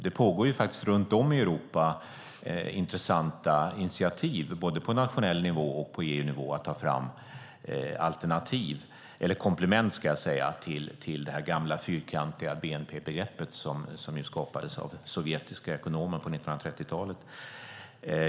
Det pågår intressanta initiativ runt om i Europa både på nationell nivå och på EU-nivå för att ta fram komplement till det gamla fyrkantiga bnp-begreppet som ju skapades av sovjetiska ekonomer på 1930-talet.